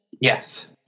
Yes